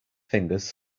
fingers